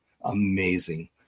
Amazing